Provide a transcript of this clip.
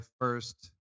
first